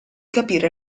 capire